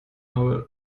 habe